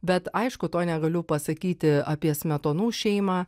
bet aišku to negaliu pasakyti apie smetonų šeimą